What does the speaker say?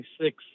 six